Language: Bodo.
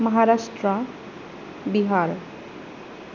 महारास्त्र बिहार